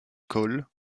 cole